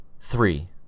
Three